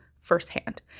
firsthand